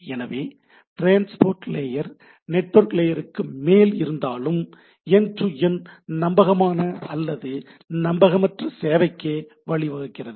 எனவே transport layer network லேயருக்கு மேல் இருந்தாலும் எண்ட் டூ எண்ட் நம்பகமான அல்லது நம்பகமற்ற சேவைக்கே வழிவகுக்கிறது